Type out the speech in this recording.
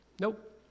Nope